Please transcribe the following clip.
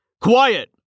quiet